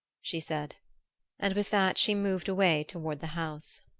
she said and with that she moved away toward the house.